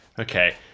Okay